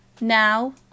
Now